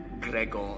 Gregor